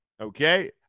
Okay